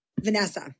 Vanessa